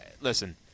listen